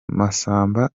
masamba